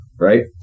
Right